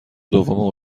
دوم